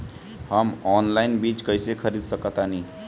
हम ऑनलाइन बीज कईसे खरीद सकतानी?